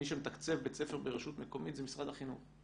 מי שמתקצב בית ספר ברשות מקומית זה משרד החינוך,